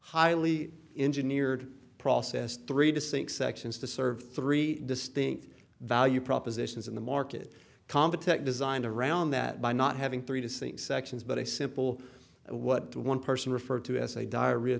highly engineered process three distinct sections to serve three distinct value propositions in the market competition designed around that by not having three distinct sections but a simple what one person referred to as a diarrhea